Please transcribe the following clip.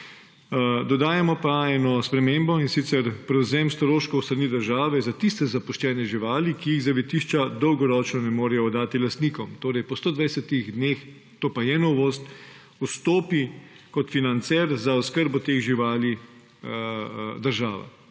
Dodajamo pa eno spremembo, in sicer prevzem stroškov s strani države za tiste zapuščene živali, ki jih zavetišča dolgoročno ne morejo oddati lastnikom. Torej, po 120 dneh, to pa je novost, vstopi kot financer za oskrbo teh živali država.